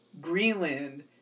Greenland